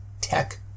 tech